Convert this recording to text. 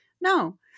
no